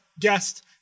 guest